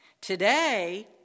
Today